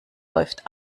läuft